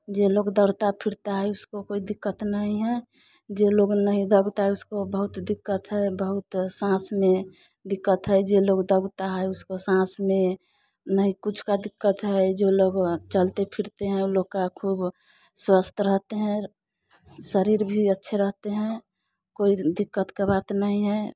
जे लोग दौड़ता फिरता है उसको कोई दिक्कत नहीं है जो लोग नहीं दौड़ता उसको बहुत दिक्कत है बहुत साँस में जे लोग दबता है उसको साँस में नहीं कुछ का दिक्कत है जो लोग चलते फिरते हैं ओ लोग का खूब स्वस्थ रहते हैं शरीर भी अच्छे रहते हैं कोई दिक्कत का बात नहीं है